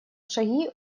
шаги